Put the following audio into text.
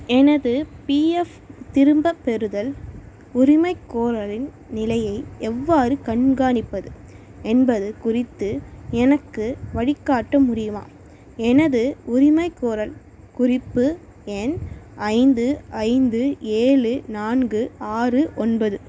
எனது பிஎஃப் திரும்பப் பெறுதல் உரிமைகோரலின் நிலையை எவ்வாறு கண்காணிப்பது என்பது குறித்து எனக்கு வழிகாட்ட முடியுமா எனது உரிமைகோரல் குறிப்பு எண் ஐந்து ஐந்து ஏழு நான்கு ஆறு ஒன்பது